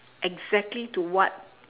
exactly to what